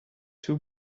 too